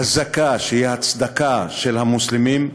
א-זכאה, שהיא הצדקה של המוסלמים,